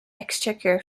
exchequer